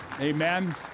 Amen